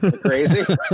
Crazy